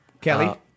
Kelly